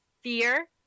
fear